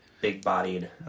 big-bodied